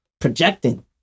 projecting